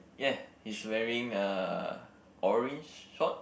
yeah he's wearing uh orange short